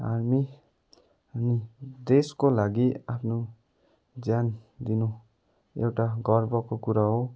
army अनि देशको लागि आफ्नो ज्यान दिनु एउटा गर्वको कुरा हो